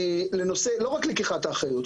לא רק לקיחת האחריות.